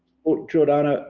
giordanno,